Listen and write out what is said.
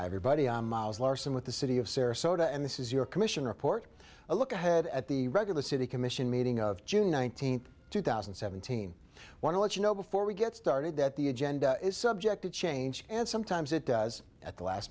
buddy on miles larson with the city of sarasota and this is your commission report a look ahead at the regular city commission meeting of june nineteenth two thousand and seventeen want to let you know before we get started that the agenda is subject to change and sometimes it does at the last